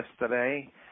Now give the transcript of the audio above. yesterday